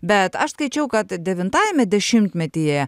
bet aš skaičiau kad devintajame dešimtmetyje